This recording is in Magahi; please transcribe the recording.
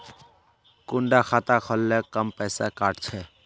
कुंडा खाता खोल ले कम पैसा काट छे?